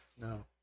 no